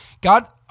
God